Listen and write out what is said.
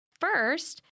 First